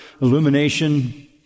illumination